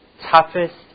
toughest